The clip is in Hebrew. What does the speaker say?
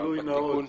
גילוי נאות.